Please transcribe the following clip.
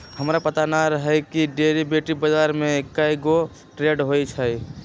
हमरा पता न हए कि डेरिवेटिव बजार में कै गो ट्रेड होई छई